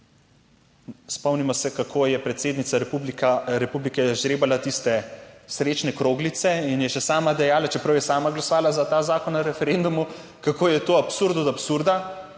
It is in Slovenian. spomnimo se, kako je predsednica republike žrebala tiste srečne kroglice in je še sama dejala, čeprav je sama glasovala za ta zakon na referendumu, kako je to absurd od absurda.